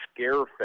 Scarefest